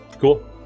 Cool